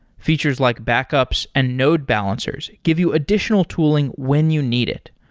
features like backups and node balancers give you additional tooling when you need it.